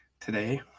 today